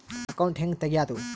Account ಹ್ಯಾಂಗ ತೆಗ್ಯಾದು?